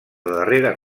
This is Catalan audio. darrera